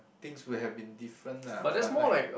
things would have been different lah but like